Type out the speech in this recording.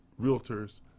realtors